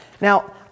Now